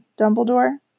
Dumbledore